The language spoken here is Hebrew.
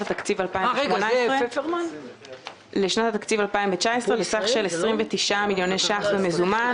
התקציב 2018 לשנת התקציב 2019 בסך של 29 מיליון שקלים במזומן,